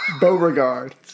Beauregard